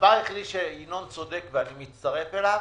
הדבר היחידי שינון אזולאי צודק בו ואני מצטרף אליו,